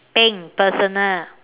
think personal